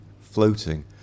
floating